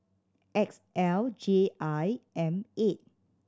X L J I M eight